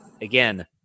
Again